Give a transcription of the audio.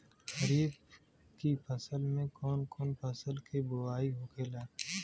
खरीफ की फसल में कौन कौन फसल के बोवाई होखेला?